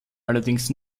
allerdings